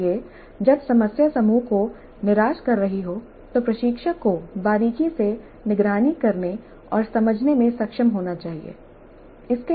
इसलिए जब समस्या समूह को निराश कर रही हो तो प्रशिक्षक को बारीकी से निगरानी करने और समझने में सक्षम होना चाहिए